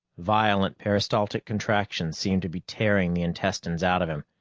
violent peristaltic contractions seemed to be tearing the intestines out of him,